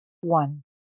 one